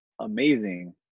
amazing